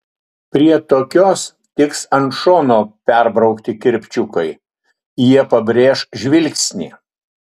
prie tokios tiks ant šono perbraukti kirpčiukai jie pabrėš žvilgsnį